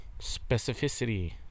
specificity